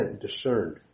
discerned